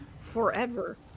forever